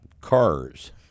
cars